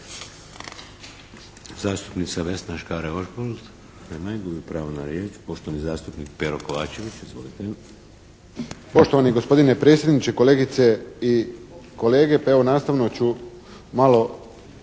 Zastupnica Vesna Škare Ožbolt. Nema je, gubi pravo na riječ. Poštovani zastupnik Pero Kovačević, izvolite.